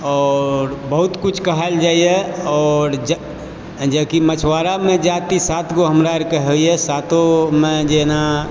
आओर बहुत कुछ कहायल जाइए आओर जबकि मछुआरामे जाति सात गो हमरा आरके होइए सातओ मे जेना